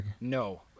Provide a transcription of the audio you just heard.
no